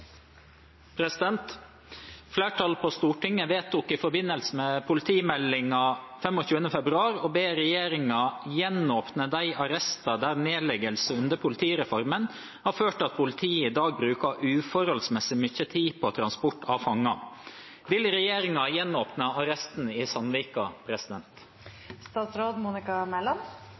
på Stortinget vedtok i forbindelse med politimeldingen 25. februar å be regjeringen «gjenåpne de arrester der nedleggelser under politireformen har ført til at politiet i dag bruker uforholdsmessig mye tid på transport av fanger». Vil regjeringen gjenåpne arresten i Sandvika?»